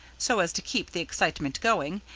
so as to keep the excitement going,